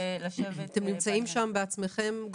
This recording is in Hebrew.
אתם נמצאים שם בעצמכם?